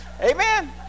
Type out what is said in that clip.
Amen